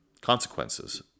consequences